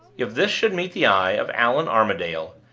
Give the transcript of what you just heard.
if this should meet the eye of allan armadale,